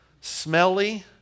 smelly